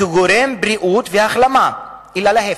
כגורם בריאות והחלמה אלא להיפך.